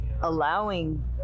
allowing